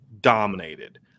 Dominated